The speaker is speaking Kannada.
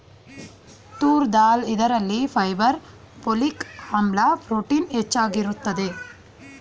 ತೂರ್ ದಾಲ್ ಇದರಲ್ಲಿ ಫೈಬರ್, ಪೋಲಿಕ್ ಆಮ್ಲ, ಪ್ರೋಟೀನ್ ಹೆಚ್ಚಾಗಿರುತ್ತದೆ